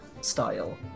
style